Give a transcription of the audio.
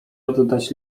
oddać